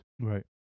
Right